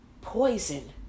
poison